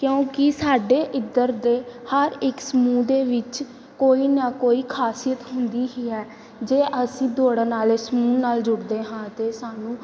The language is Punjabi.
ਕਿਉਂਕਿ ਸਾਡੇ ਇੱਧਰ ਦੇ ਹਰ ਇੱਕ ਸਮੂਹ ਦੇ ਵਿੱਚ ਕੋਈ ਨਾ ਕੋਈ ਖਾਸੀਅਤ ਹੁੰਦੀ ਹੀ ਹੈ ਜੇ ਅਸੀਂ ਦੌੜਨ ਵਾਲੇ ਸਮੂਹ ਨਾਲ ਜੁੜਦੇ ਹਾਂ ਅਤੇ ਸਾਨੂੰ